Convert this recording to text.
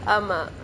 ஆமா:aama